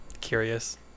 curious